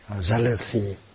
jealousy